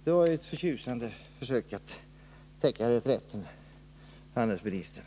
Herr talman! Detta var, herr handelsminister, ett förtjusande försök att täcka reträtten. Handelsministern